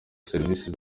serivisi